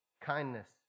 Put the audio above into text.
kindness